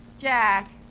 Jack